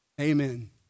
Amen